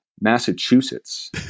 Massachusetts